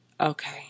okay